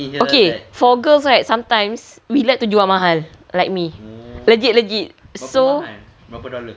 okay for girls right sometimes we like to jual mahal like me legit legit so